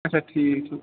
آچھا ٹھیٖک چھُ